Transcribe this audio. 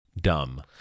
dumb